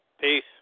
Peace